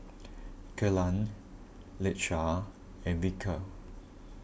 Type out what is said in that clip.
Kellan Lakesha and Vickey